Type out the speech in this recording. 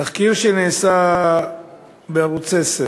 תחקיר שנעשה בערוץ 10